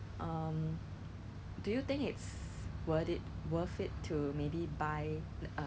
ya 只是上面有那个 cheese 而已 but 它里面就没有 cheese